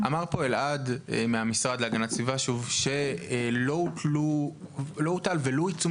אמר פה אלעד מהמשרד להגנת הסביבה שלא הוטל ולו עיצום